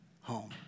home